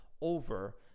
over